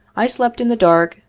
i slept in the dark,